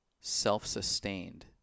self-sustained